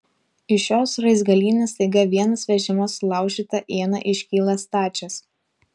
iš šios raizgalynės staiga vienas vežimas sulaužyta iena iškyla stačias